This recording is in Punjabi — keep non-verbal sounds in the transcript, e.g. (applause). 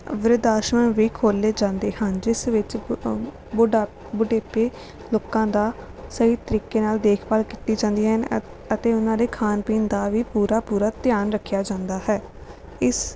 ਬਿਰਧ ਆਸ਼ਰਮ ਵੀ ਖੋਲ੍ਹੇ ਜਾਂਦੇ ਹਨ ਜਿਸ ਵਿੱਚ (unintelligible) ਬੁਢਾਪਾ ਬੁਢੇਪੇ ਲੋਕਾਂ ਦੀ ਸਹੀ ਤਰੀਕੇ ਨਾਲ ਦੇਖਭਾਲ ਕੀਤੀ ਜਾਂਦੀ ਹਨ ਅਤੇ ਉਹਨਾਂ ਦੇ ਖਾਣ ਪੀਣ ਦਾ ਵੀ ਪੂਰਾ ਪੂਰਾ ਧਿਆਨ ਰੱਖਿਆ ਜਾਂਦਾ ਹੈ ਇਸ